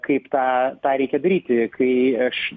kaip tą tą reikia daryti kai aš